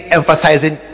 emphasizing